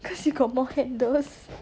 cause you got more handles